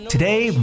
Today